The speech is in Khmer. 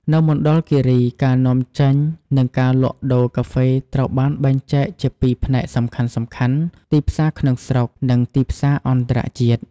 នៅមណ្ឌលគិរី ការនាំចេញ និងការលក់ដូរកាហ្វេត្រូវបានបែងចែកជាពីរផ្នែកសំខាន់ៗ ទីផ្សារក្នុងស្រុក និងទីផ្សារអន្តរជាតិ។